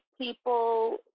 people